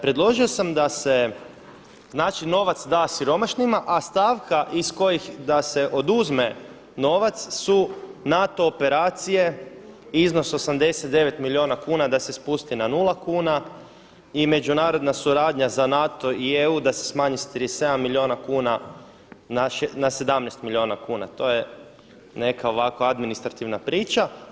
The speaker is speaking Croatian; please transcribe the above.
Predložio sam da se novac da siromašnima, a stavka iz kojih da se oduzme novac su NATO operacije, iznos 89 milijuna kuna da se spusti na 0 kuna i međunarodna suradnja za NATO i EU da se smanji sa 37 milijuna kuna na 17 milijuna kuna, to je neka ovako administrativna priča.